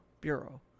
Bureau